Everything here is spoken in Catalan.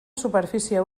superfície